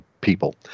people